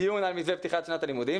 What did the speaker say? דיון על מתווה פתיחת שנת הלימודים,